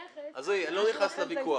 --- עזבי, אני לא נכנס לוויכוח.